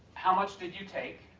how much did you take